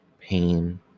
pain